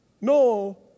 No